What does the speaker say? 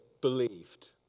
believed